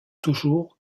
toujours